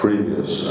previous